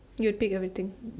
you take everything